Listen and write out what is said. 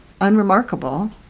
unremarkable